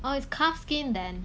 oh it's calf skin then